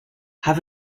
have